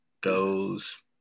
goes